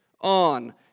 on